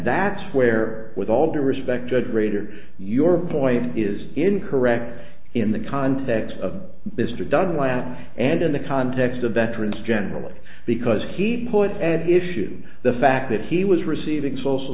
that's where with all due respect judge rader your point is incorrect in the context of business or dunlap and in the context of veterans generally because he put an issue the fact that he was receiving social